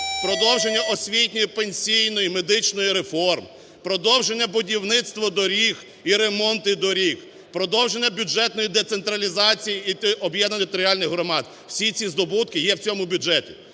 продовження освітньої, пенсійної і медичної реформ, продовження будівництва доріг і ремонти доріг, продовження бюджетної децентралізації і об'єднання територіальних громад – всі ці здобутки, є в цьому бюджеті.